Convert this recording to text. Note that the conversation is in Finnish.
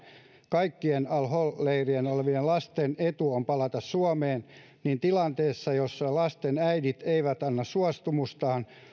kaikkien al holin leirillä olevien lasten etu on palata suomeen niin tilanteessa jossa lasten äidit eivät anna suostumustaan